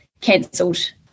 cancelled